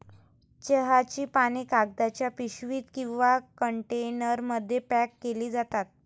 चहाची पाने कागदाच्या पिशवीत किंवा कंटेनरमध्ये पॅक केली जातात